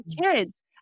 kids